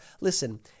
Listen